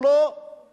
הוא לא מרגיש